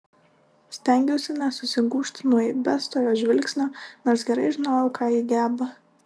stengiausi nesusigūžti nuo įbesto jos žvilgsnio nors gerai žinojau ką ji geba